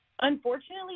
Unfortunately